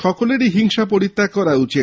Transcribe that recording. সকলেরই হিংসা পরিত্যাগ করা উচিৎ